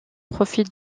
profite